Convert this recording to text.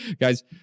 Guys